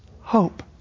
hope